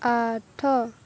ଆଠ